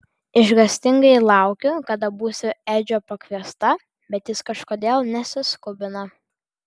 išgąstingai laukiu kada būsiu edžio pakviesta bet jis kažkodėl nesiskubina